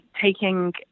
taking